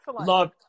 Love